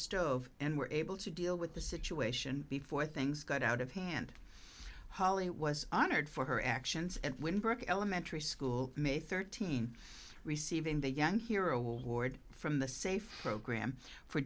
stove and were able to deal with the situation before things got out of hand holly was honored for her actions and when burke elementary school made thirteen receiving the young hero award from the safe program for